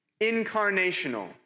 incarnational